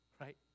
right